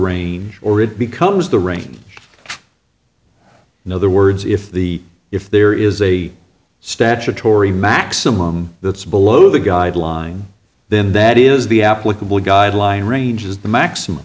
range or it becomes the range in other words if the if there is a statutory maximum that's below the guideline then that is the applicable guideline range is the maximum